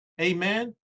Amen